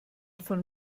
von